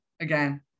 again